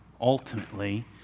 ultimately